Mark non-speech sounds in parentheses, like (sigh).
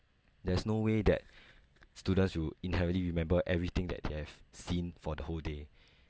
there's no way that students will inherently remember everything that they have seen for the whole day (breath)